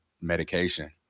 medication